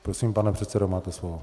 Prosím, pane předsedo, máte slovo.